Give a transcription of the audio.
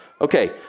Okay